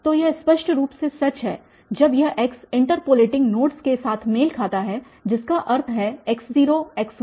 तो यह स्पष्ट रूप से सच है जब यह x इंटरपोलेटिंग नोड्स के साथ मेल खाता है जिसका अर्थ है x0x1 xn